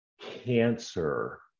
cancer